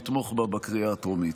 לתמוך בה בקריאה הטרומית.